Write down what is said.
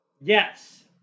yes